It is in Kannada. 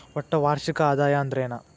ಒಟ್ಟ ವಾರ್ಷಿಕ ಆದಾಯ ಅಂದ್ರೆನ?